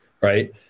Right